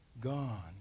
gone